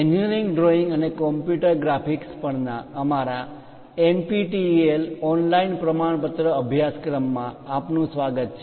engineering drawing અને computer graphics પરના અમારા એનપીટીઈએલ ઓનલાઇન પ્રમાણપત્ર અભ્યાસક્રમ માં આપનું સ્વાગત છે